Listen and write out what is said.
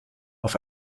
auf